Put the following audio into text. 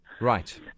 Right